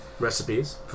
Recipes